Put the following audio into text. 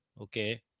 Okay